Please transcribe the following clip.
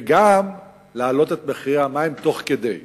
וגם להעלות את מחירי המים תוך כדי.